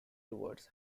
towards